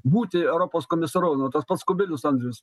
būti europos komisaru nu tas pats kubilius andrius